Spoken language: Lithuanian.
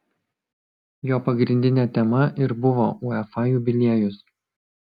jo pagrindinė tema ir buvo uefa jubiliejus